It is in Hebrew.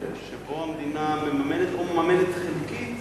שבו המדינה מממנת או מממנת חלקית